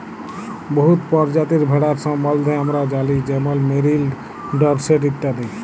বহুত পরজাতির ভেড়ার সম্বল্ধে আমরা জালি যেমল মেরিল, ডরসেট ইত্যাদি